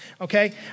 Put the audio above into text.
okay